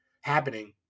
happening